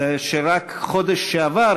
שרק בחודש שעבר,